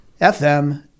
FM